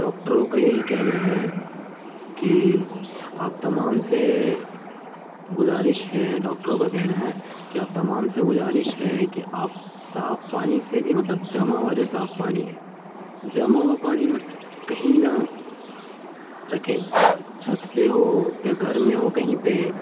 ڈاکٹروں کا یہی کہنا ہے کہ آپ تمام سے گزارش ہے ڈاکٹروں کا کہنا ہے کہ آپ تمام سے گزارش ہے کہ آپ صاف پانی سے بھی مطلب جمع ہوا جو صاف پانی ہے جمع ہوا پانی مت کہیں نہ رکھیں چھت پہ ہو یا گھر میں ہو کہیں پہ